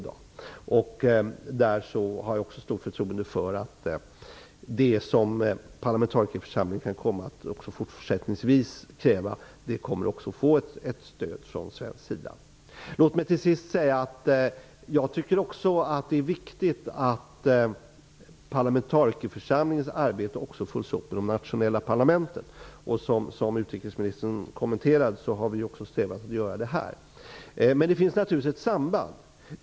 Jag har också stort förtroende för att det som parlamentarikerförsamlingen fortsättningsvis kan komma att kräva också kommer att få ett stöd från svensk sida. Låt mig till sist säga att jag också tycker att det är viktigt att parlamentarikerförsamlingens arbete följs upp även i de nationella parlamenten. Som utrikesministern noterade har vi strävat efter att göra detta också här. Men det finns här en ömsidighet.